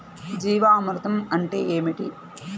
జీవామృతం అంటే ఏమిటి?